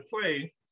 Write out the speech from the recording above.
play